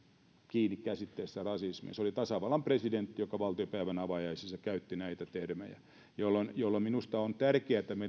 kiinni käsitteessä rasismi se oli tasavallan presidentti joka valtiopäivien avajaisissa käytti näitä termejä minusta meidän on tärkeätä